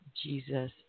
Jesus